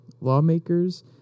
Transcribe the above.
Lawmakers